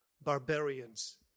barbarians